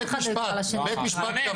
בית משפט קבע,